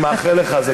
אני מאחל לך.